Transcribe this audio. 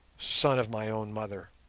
son of my own mother?